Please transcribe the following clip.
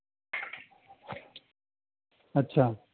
अच्छा